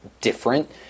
different